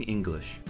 English